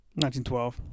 1912